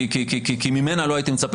כי ממנה לא הייתי מצפה לשמוע את זה.